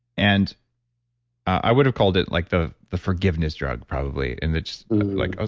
and i would have called it like the the forgiveness drug probably. and it's like,